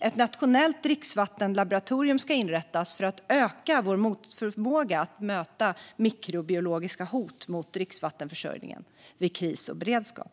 Ett nationellt dricksvattenlaboratorium ska inrättas för att öka vår förmåga att möta mikrobiologiska hot mot dricksvattenförsörjningen vid kris och höjd beredskap.